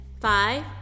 five